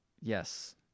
Yes